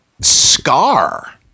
scar